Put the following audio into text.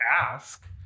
ask